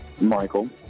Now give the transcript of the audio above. Michael